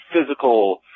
physical